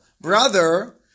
brother